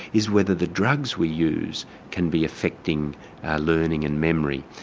is whether the drugs we use can be affecting learning and memory.